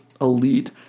elite